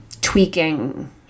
tweaking